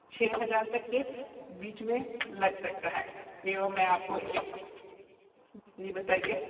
छः हजार तक के बीच में लग सकता है एवं मैं आपको एक जी बताइए